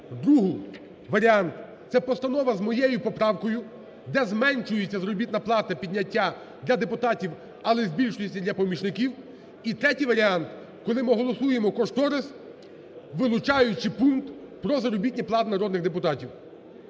Другий варіант. Це постанова з моєю поправкою, де зменшується заробітна плата підняття для депутатів, але збільшується для помічників. І третій варіант. Коли ми голосуємо кошторис, вилучаючи пункт про заробітну плату народних депутатів.